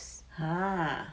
!huh!